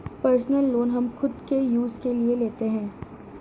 personal loan हम खुद के यूज के लिए लेते है